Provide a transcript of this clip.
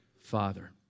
Father